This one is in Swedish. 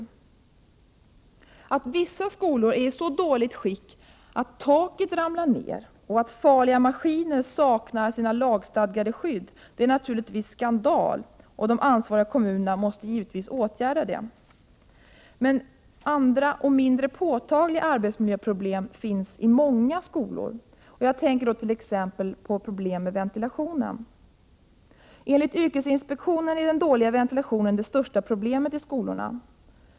Det är naturligtvis en skandal att vissa skolor är i så dåligt skick att taket ramlar ned och att farliga maskiner saknar lagstadgade skydd. De ansvariga kommunerna måste givetvis åtgärda detta. Andra, mindre påtagliga arbetsmiljöproblem finns i många skolor. Jag tänker t.ex. på problem med ventilationen. Enligt yrkesinspektionen är den dåliga ventilationen det största problemet i skolorna.